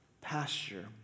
pasture